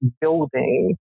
building